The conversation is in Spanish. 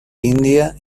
india